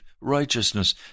righteousness